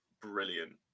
brilliant